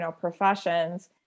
professions